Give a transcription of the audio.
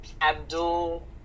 Abdul